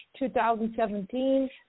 2017